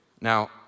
Now